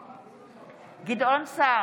פרומן,